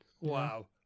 Wow